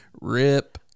RIP